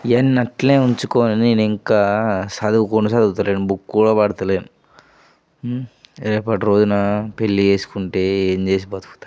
ఇయన్నీ అట్లే ఉంచుకొని నేనింకా చదువును కూడా చదువుతలేను బుక్ కూడా పడతలేను రేపటి రోజున పెళ్ళి చేసుకుంటే ఏం చేసి బతుకుతాను